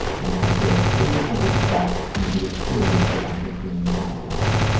once i broke free, i was stalked and he was furious that i had gained my power.